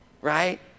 right